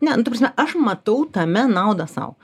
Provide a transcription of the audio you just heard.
ne nu ta prasme aš matau tame naudą sau